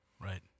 right